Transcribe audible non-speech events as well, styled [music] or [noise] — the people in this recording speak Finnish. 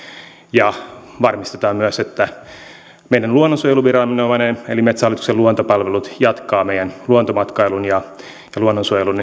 ja varmistamaan myös että meidän luonnonsuojeluviranomainen eli metsähallituksen luontopalvelut jatkaa meidän luontomatkailun ja luonnonsuojelun [unintelligible]